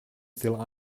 still